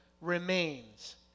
remains